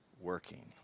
working